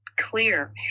clear